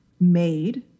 made